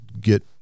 get